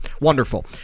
wonderful